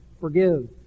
forgive